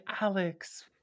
Alex